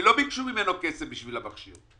בקשו ממנו כסף למכשיר,